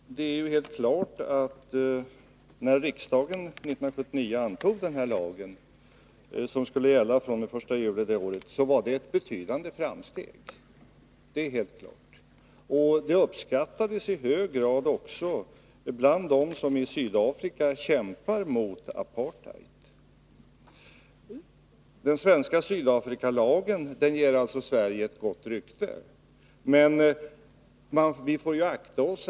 Herr talman! Det är ju helt klart att det var ett betydande framsteg när riksdagen 1979 antog den aktuella lagen, som gäller sedan den 1 juli det året. Det uppskattades i hög grad också av dem som i Sydafrika kämpar mot apartheid. Den svenska Sydafrikalagen ger alltså Sverige ett gott rykte. Men vi får akta oss.